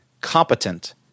competent